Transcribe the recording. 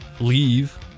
leave